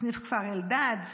סניף כפר אלדד,